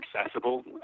accessible